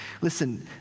Listen